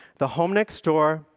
the home next door,